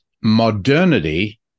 modernity